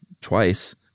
twice